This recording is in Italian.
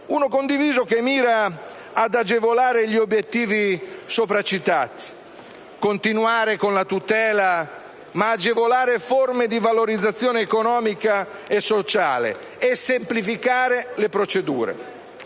uno condiviso che miri ad agevolare gli obiettivi sopra citati, ovvero continuare con la tutela ma anche agevolare forme di valorizzazione economica e sociale e semplificare le procedure.